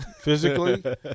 physically